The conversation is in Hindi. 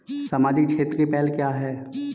सामाजिक क्षेत्र की पहल क्या हैं?